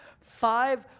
five